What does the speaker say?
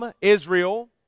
Israel